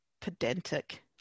pedantic